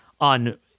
on